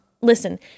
listen